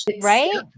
Right